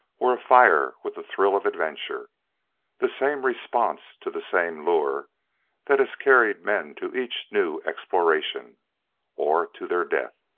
were afire with the thrill of adventure the same response to the same lure that has carried men to each new exploration or to their death.